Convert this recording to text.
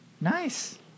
Nice